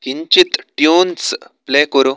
किञ्चित् tunes play कुरु